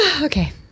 okay